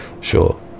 Sure